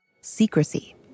secrecy